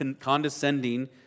condescending